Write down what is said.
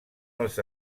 els